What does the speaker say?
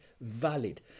valid